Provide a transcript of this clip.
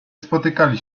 spotykali